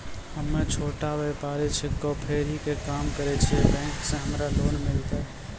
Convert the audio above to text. हम्मे छोटा व्यपारी छिकौं, फेरी के काम करे छियै, बैंक से हमरा लोन मिलतै?